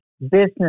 business